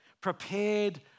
prepared